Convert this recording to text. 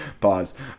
Pause